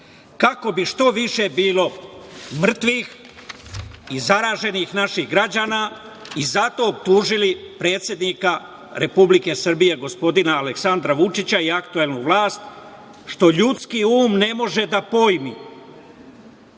kako bi što više bilo mrtvih i zaraženih naših građana i za to optužili predsednika Republike Srbije, gospodina Aleksandra Vučića i aktuelnu vlast, što ljudski um ne može da pojmi. Ti